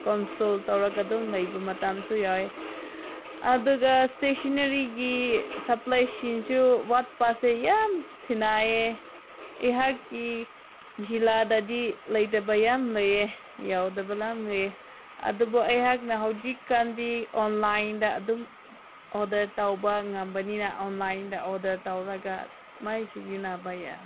console ꯇꯧꯔꯒ ꯑꯗꯨꯝ ꯂꯩꯕ ꯃꯇꯝꯁꯨ ꯌꯥꯎꯋꯦ ꯑꯗꯨꯒ ꯏꯁꯇꯦꯁꯅꯔꯤꯒꯤ ꯁꯞꯄ꯭ꯂꯥꯏꯁꯤꯡꯁꯨ ꯋꯥꯠꯄꯁꯦ ꯌꯥꯝ ꯊꯦꯡꯅꯩꯌꯦ ꯑꯩꯍꯥꯛꯀꯤ ꯖꯤꯜꯂꯥꯗꯗꯤ ꯂꯩꯇꯕ ꯌꯥꯝ ꯂꯩꯌꯦ ꯌꯥꯎꯗꯕ ꯌꯥꯝ ꯂꯩꯌꯦ ꯑꯗꯨꯕꯨ ꯑꯩꯍꯥꯛꯅ ꯍꯧꯖꯤꯛꯀꯥꯟꯗꯤ ꯑꯣꯟꯂꯥꯏꯟꯗ ꯑꯗꯨꯝ ꯑꯣꯗꯔ ꯇꯧꯕ ꯉꯝꯕꯅꯤꯅ ꯑꯣꯟꯂꯥꯏꯟꯗ ꯑꯣꯗꯔ ꯇꯧꯔꯒ ꯃꯥꯏ ꯁꯤꯖꯤꯟꯅꯕ ꯌꯥꯏ